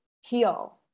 heal